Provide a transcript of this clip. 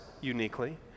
uniquely